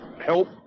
help